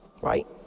right